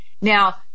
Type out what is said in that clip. Now